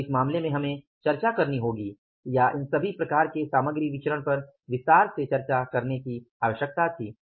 तो इस मामले में हमें चर्चा करनी होगी या इन सभी प्रकारों के सामग्री विचरण पर विस्तार से चर्चा करने की आवश्यकता थी